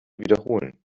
wiederholen